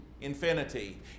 infinity